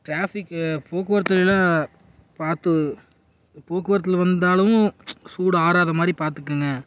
டிராஃபிக்கு போக்குவரத்தெல்லாம் பார்த்து போக்குவரத்தில் வந்தாலும் சூடு ஆறாத மாதிரி பார்த்துக்குங்க